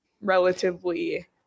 relatively